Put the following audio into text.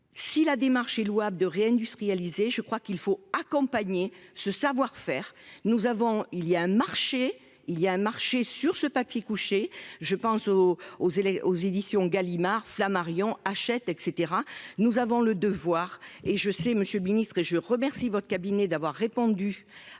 Si la démarche est louable de réindustrialiser. Je crois qu'il faut accompagner ce savoir-faire nous avons il y a un marché, il y a un marché sur ce papier couché je pense aux, aux élèves, aux éditions Gallimard, Flammarion, Hachette et cetera. Nous avons le devoir et je sais, Monsieur le Ministre et je remercie votre cabinet d'avoir répondu